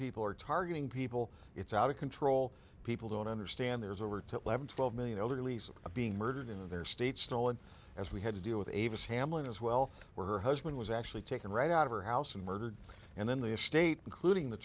people are targeting people it's out of control people don't understand there's over to eleven twelve million elderly's being murdered in their state still and as we had to deal with eva's hamelin as wealth where her husband was actually taken right out of her house and murdered and then the estate including the